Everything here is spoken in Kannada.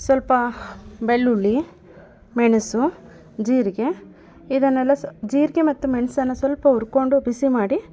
ಸ್ವಲ್ಪ ಬೆಳ್ಳುಳ್ಳಿ ಮೆಣಸು ಜೀರಿಗೆ ಇದನ್ನೆಲ್ಲ ಸ್ ಜೀರಿಗೆ ಮತ್ತು ಮೆಣ್ಸನ್ನು ಸ್ವಲ್ಪ ಹುರ್ಕೊಂಡು ಬಿಸಿ ಮಾಡಿ